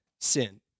sin